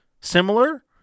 similar